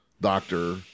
doctor